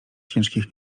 ciężkich